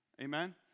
Amen